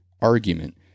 argument